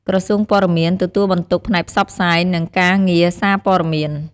ក្រសួងព័ត៌មាន ទទួលបន្ទុកផ្នែកផ្សព្វផ្សាយ និងការងារសារព័ត៌មាន។